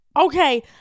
Okay